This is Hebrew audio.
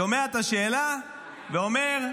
שומע את השאלה ואומר: